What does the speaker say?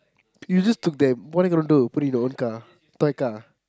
use this to then what you gonna do put in your own car toy car